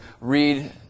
read